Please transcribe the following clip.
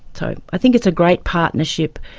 so i think it's a great partnership.